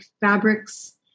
fabrics